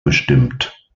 bestimmt